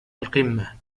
القمة